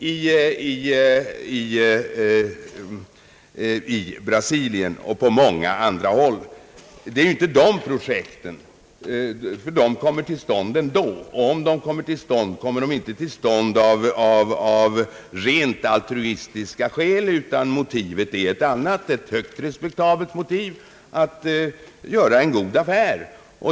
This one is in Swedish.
Det var företag i Brasilien och på många andra håll. Sådana företag kommer till stånd utan hjälp av investeringsgarantier. När de startas sker det inte av rent altruistiska skäl, utan mo tivet är ett annat, ett högst respektabelt sådant: en vilja att göra en god affär.